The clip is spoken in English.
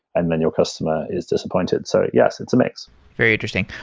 and then your customer is disappointed. so yes, it's a mix very interesting.